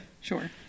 Sure